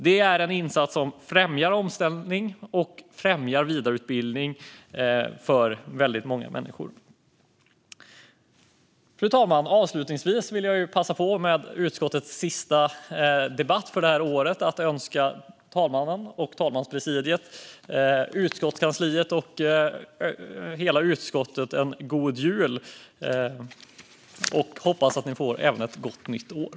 Detta är en insats som främjar omställning och vidareutbildning för väldigt många människor. Fru talman! Avslutningsvis vill jag passa på att i utskottets sista debatt för året önska talmannen, talmanspresidiet, utskottskansliet och hela utskottet en god jul. Jag hoppas att ni även får ett gott nytt år!